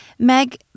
Meg